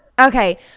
Okay